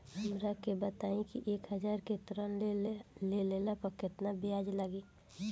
हमरा के बताई कि एक हज़ार के ऋण ले ला पे केतना ब्याज लागी?